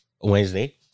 Wednesday